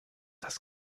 das